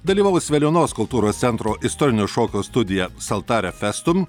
dalyvaus veliuonos kultūros centro istorinio šokio studija saltare festum